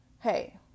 Hey